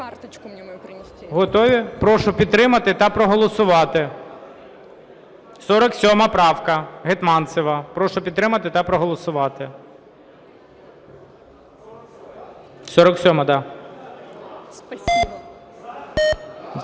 Готові? Прошу підтримати та проголосувати. 47 правка, Гетманцева. Прошу підтримати та проголосувати. 14:50:14